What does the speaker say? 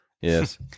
Yes